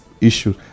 issue